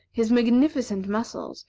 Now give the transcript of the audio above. his magnificent muscles,